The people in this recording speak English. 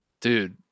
Dude